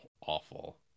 awful